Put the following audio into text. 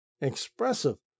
expressive